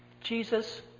Jesus